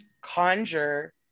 conjure